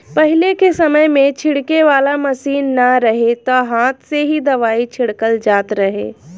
पहिले के समय में छिड़के वाला मशीन ना रहे त हाथे से ही दवाई छिड़कल जात रहे